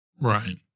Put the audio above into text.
Right